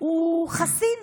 הוא חסין,